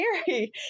scary